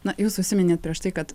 na jūs užsiminėt prieš tai kad